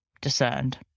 discerned